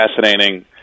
fascinating